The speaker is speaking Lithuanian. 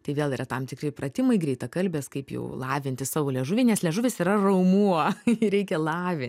tai vėl yra tam tikri pratimai greitakalbės kaip jau lavinti savo liežuvį nes liežuvis yra raumuo jį reikia lavi